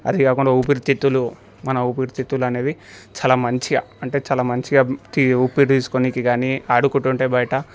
అది కాకుండా ఊపిరితిత్తులు మన ఊపిరితిత్తులు అనేవి చాలా మంచిగా అంటే చాలా మంచిగా ఈ ఊపిరి తీసుకోవడానీకి కానీ ఆడుకుంటుంటే బయట